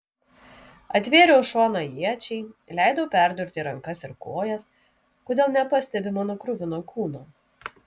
atvėriau šoną iečiai leidau perdurti rankas ir kojas kodėl nepastebi mano kruvino kūno